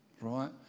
Right